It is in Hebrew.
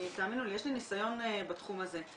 תאמינו לי, יש לי ניסיון בתחום הזה.